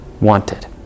wanted